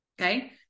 Okay